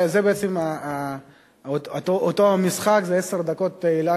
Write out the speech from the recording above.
זה בעצם אותו המשחק: זה עשר דקות התהילה